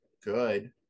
good